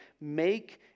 make